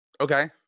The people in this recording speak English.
okay